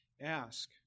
Ask